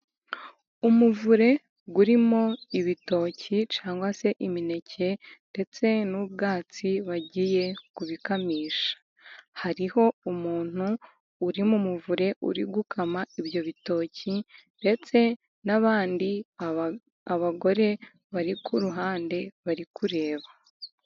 Umuvure urimo ibitoki cyagwa se imineke ndetse n'ubwatsi bagiye kubikamisha, hariho umuntu uri mu muvure uri gukama ibyo bitoki, ndetse n'abandi bagore bari ku ruhande bari kureba.